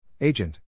Agent